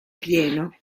pieno